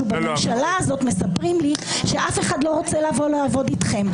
בממשלה הזאת מספרים לי שאף אחד לא רוצה לבוא לעבוד אתכם,